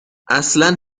اصلا